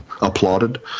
applauded